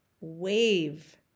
wave